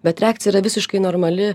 bet reakcija yra visiškai normali